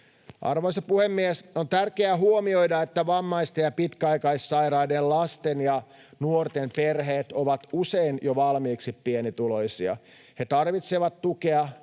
Arvoisa puhemies! On tärkeää huomioida, että vammaisten ja pitkäaikaissairaiden lasten ja nuorten perheet ovat usein jo valmiiksi pienituloisia. He tarvitsevat tukea,